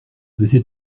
laissez